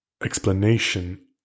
explanation